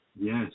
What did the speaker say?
Yes